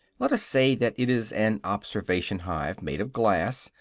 let us say that it is an observation-hive, made of glass,